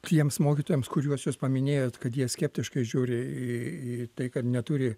tiems mokytojams kuriuos jūs paminėjot kad jie skeptiškai žiūrėjo į į tai kad neturi